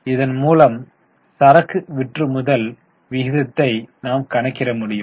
இதன் மூலம் சரக்கு விற்றுமுதல் விகிதத்தை நாம் கணக்கிட முடியும்